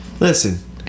Listen